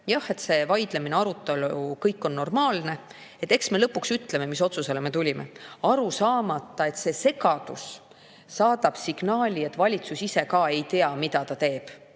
see, et see vaidlemine, see arutelu, see kõik on normaalne ja eks me lõpuks ütleme, mis otsusele me tulime. [Valitsus] ei saa aru, et selline segadus saadab signaali, et valitsus ise ka ei tea, mida ta teeb.